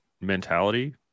mentality